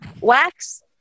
wax